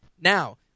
Now